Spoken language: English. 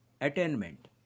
attainment